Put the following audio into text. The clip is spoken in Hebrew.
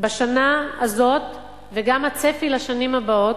בשנה הזאת, וגם הצפי לשנים הבאות,